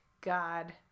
God